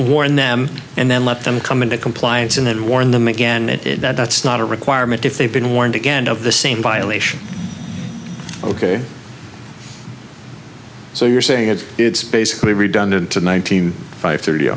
warn them and then let them come into compliance and then warn them again that that's not a requirement if they've been warned again of the same violation ok so you're saying that it's basically redundant to ninety five thirty